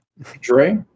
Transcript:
dre